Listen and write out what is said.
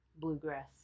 bluegrass